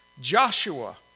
Joshua